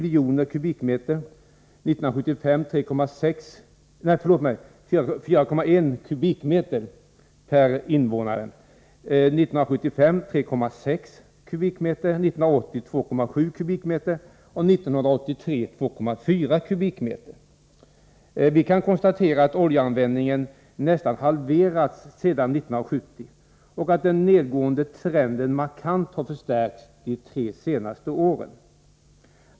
år 1970, 3,6 m? år 1975, 2,7 m? år 1980 och 2,4 m? år 1983. Vi kan konstatera att oljear.vändningen nästan halverats sedan 1970 och att den nedgående trenden markant har förstärkts de tre senaste åren.